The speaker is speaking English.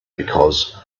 because